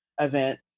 event